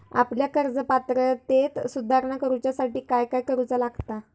आपल्या कर्ज पात्रतेत सुधारणा करुच्यासाठी काय काय करूचा लागता?